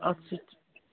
اتھ سۭتۍ